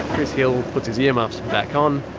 chris hill puts his earmuffs back on,